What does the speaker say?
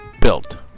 built